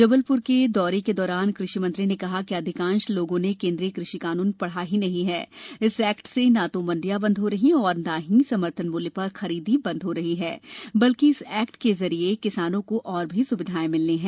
जबलपुर के दौरे के दौरान कृषि मंत्री ने कहा कि अधिकांश लोगों ने केंद्रीय कृषि कानून पढ़ा ही नहीं है इस एक्ट से न तो मंडियां बंद हो रही है और न ही समर्थन मूल्य पर खरीदी बंद हो रही है बल्कि इस एक्ट के जरिए किसानों को और सुविधाएं भी मिलनी है